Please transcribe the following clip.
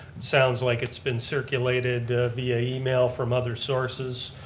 sounds like it's been circulated via email from other sources.